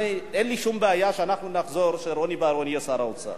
אין לי שום בעיה שאנחנו נחזור ורוני בר-און יהיה שר האוצר.